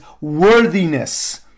worthiness